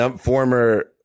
former